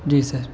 جی سر